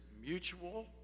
mutual